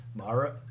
Mara